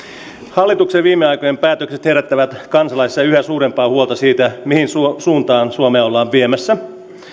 hallituksen viime aikojen päätökset herättävät kansalaisissa yhä suurempaa huolta siitä mihin suuntaan suomea ollaan viemässä